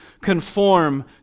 conform